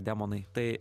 demonai tai